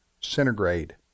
centigrade